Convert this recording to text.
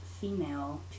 female